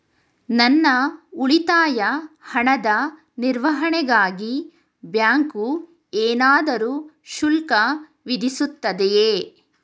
ನನ್ನ ಉಳಿತಾಯ ಹಣದ ನಿರ್ವಹಣೆಗಾಗಿ ಬ್ಯಾಂಕು ಏನಾದರೂ ಶುಲ್ಕ ವಿಧಿಸುತ್ತದೆಯೇ?